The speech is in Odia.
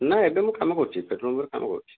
ନା ଏବେ ମୁଁ କାମ କରୁଛି ପେଟ୍ରୋଲ ପମ୍ପରେ କାମ କରୁଛି